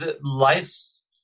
life's